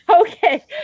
Okay